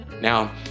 Now